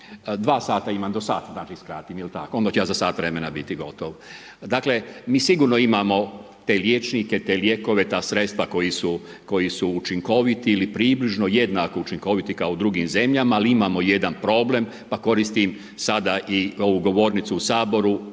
sata ima, do sat da skratim, jel tako? Onda ću ja za sat vremena biti gotov. Dakle, mi sigurno imamo te liječnike, te lijekove, ta sredstva koji su učinkoviti ili približno jednako učinkoviti kao u drugim zemljama. Ali imamo jedan problem, pa koristim sada i ovu govornicu sada u Saboru,